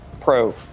pro